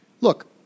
Look